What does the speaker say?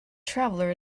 traveller